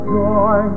joy